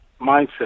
mindset